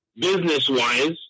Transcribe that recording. business-wise